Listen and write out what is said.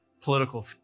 political